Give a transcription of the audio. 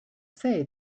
say